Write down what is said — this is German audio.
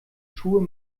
schuhe